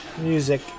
Music